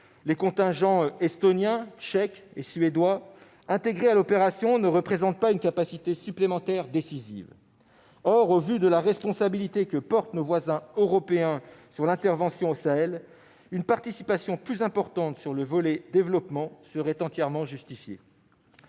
les contingents estoniens, tchèques et suédois intégrés à l'opération ne représentent pas une capacité supplémentaire décisive. Or, au vu de la responsabilité que portent nos voisins européens sur l'intervention au Sahel, une participation plus importante sur le volet développement serait entièrement justifiée.